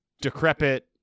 decrepit